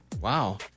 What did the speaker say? Wow